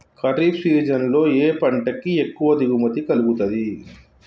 Kharif season లో ఏ పంట కి ఎక్కువ దిగుమతి కలుగుతుంది?